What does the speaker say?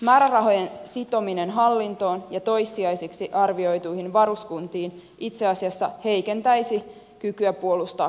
määrärahojen sitominen hallintoon ja toissijaisiksi arvioituihin varuskuntiin itse asiassa heikentäisi kykyä puolustaa koko maata